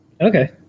Okay